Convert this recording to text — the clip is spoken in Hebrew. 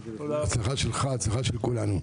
ההצלחה שלך היא ההצלחה של כולנו.